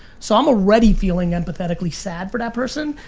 so i'm already feeling empathetically sad for that person.